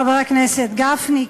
חברי הכנסת גפני,